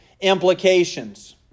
implications